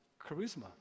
charisma